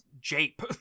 Jape